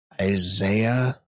Isaiah